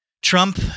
Trump